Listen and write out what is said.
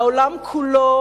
העולם כולו,